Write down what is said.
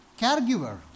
caregiver